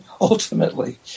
ultimately